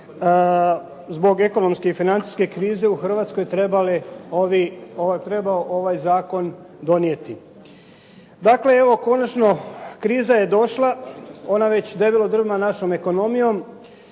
zbog ekonomske i financijske krize u Hrvatskoj trebao ovaj zakon donijeti. Dakle evo konačno kriza je došla, ona već debelo drma našom ekonomijom.